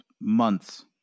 months